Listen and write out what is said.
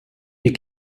you